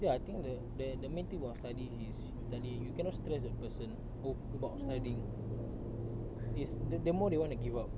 ya I think the the the the main thing about studies is study you cannot stress a person a~ about studying is the the more they want to give up